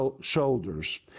shoulders